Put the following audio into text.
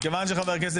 ובמסגרת